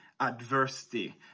adversity